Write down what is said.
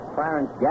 Clarence